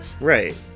Right